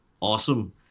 awesome